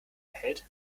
erhält